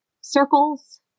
circles